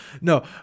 no